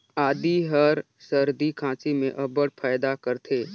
आदी हर सरदी खांसी में अब्बड़ फएदा करथे